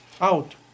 Out